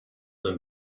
them